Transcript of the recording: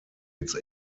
its